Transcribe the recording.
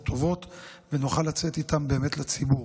טובות ונוכל לצאת איתן באמת לציבור.